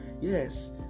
Yes